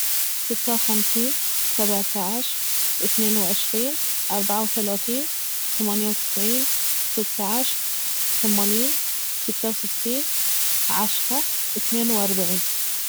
ستة وخمسين سبعة عشر اثنين وعشرين أربعة وثلاثين ثمانية وتسعين ستة عشر ثمانين ستة وستين عشرة اثنين وأربعين